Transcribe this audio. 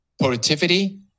productivity